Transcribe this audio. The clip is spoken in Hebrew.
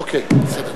אוקיי, בסדר.